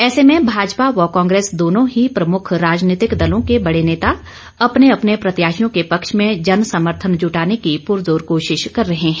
ऐसे में भाजपा व कांग्रेस दोनों ही प्रमुख राजनीतिक दलों के बड़े नेता अपने अपने प्रत्याशियों के पक्ष में जनसमर्थन जुटाने की पुरजोर कोशिश कर रहें है